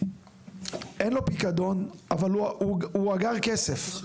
אין לו פיקדון, אבל הוא אגר כסף,